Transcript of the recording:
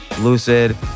lucid